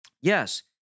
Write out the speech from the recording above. yes